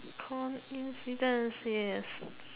coincidence yes